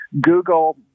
Google